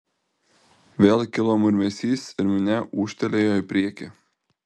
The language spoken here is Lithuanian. vėl kilo murmesys ir minia ūžtelėjo į priekį